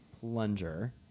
plunger